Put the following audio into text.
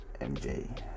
MJ